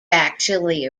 actually